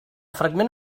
fragment